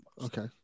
Okay